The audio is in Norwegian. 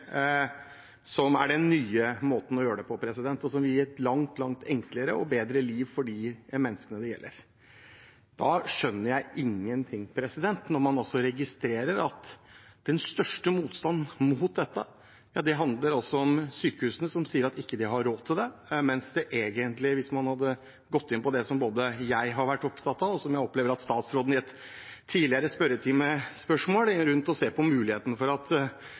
som er den nye måten å gjøre det på, og som vil gi et langt enklere og bedre liv for de menneskene det gjelder. Da skjønner jeg ingenting når man registrerer at den største motstanden mot dette handler om at sykehusene sier de ikke har råd til det. Hvis man hadde gått inn på det jeg har vært opptatt av, og som jeg opplever at statsråden også har vært inne på i et tidligere spørretimespørsmål, nemlig å se på muligheten for at